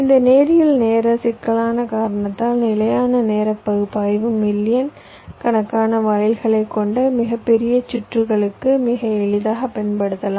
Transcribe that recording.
இந்த நேரியல் நேர சிக்கலான காரணத்தால் நிலையான நேர பகுப்பாய்வு மில்லியன் கணக்கான வாயில்களைக் கொண்ட மிகப் பெரிய சுற்றுகளுக்கு மிக எளிதாகப் பயன்படுத்தலாம்